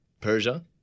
Persia